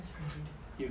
what is crunching data